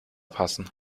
passen